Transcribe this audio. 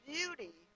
Beauty